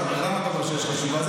למה אתה אומר שיש חשיבה?